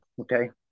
okay